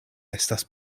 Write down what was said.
estas